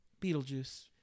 Beetlejuice